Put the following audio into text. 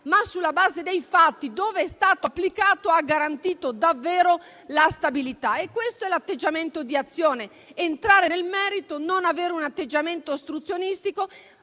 ma dei fatti, dov'è stato applicato, ha garantito davvero la stabilità. Questo è l'atteggiamento di Azione: entrare nel merito, non avere un atteggiamento ostruzionistico